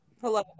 Hello